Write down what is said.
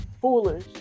foolish